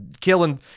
killing